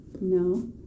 No